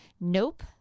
Nope